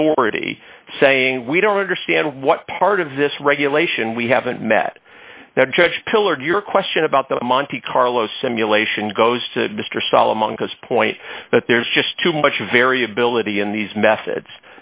authority saying we don't understand what part of this regulation we haven't met that judge pillared your question about the monte carlo simulation goes to mr solomon because point that there's just too much variability in these methods